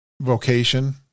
vocation